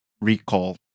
recall